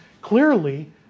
clearly